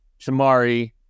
Shamari